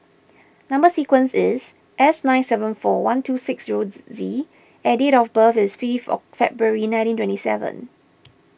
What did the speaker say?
Number Sequence is S nine seven four one two six zero Z and date of birth is fifth of February nineteen twenty seven